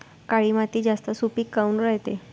काळी माती जास्त सुपीक काऊन रायते?